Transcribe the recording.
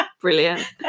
Brilliant